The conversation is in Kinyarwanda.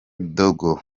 dogo